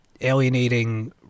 alienating